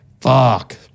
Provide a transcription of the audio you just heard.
Fuck